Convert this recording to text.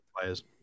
players